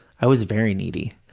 i was very needy.